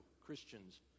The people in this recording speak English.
Christians